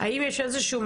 האם יש מנגנון